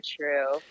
true